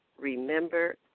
Remember